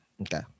okay